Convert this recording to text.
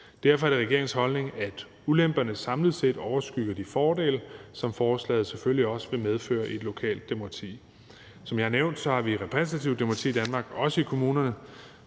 Derfor er det regeringens holdning, at ulemperne samlet set overskygger de fordele, som forslaget selvfølgelig også vil medføre i et lokalt demokrati. Som jeg har nævnt, har vi repræsentativt demokrati i Danmark, også i kommunerne.